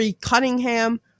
cunningham